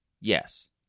yes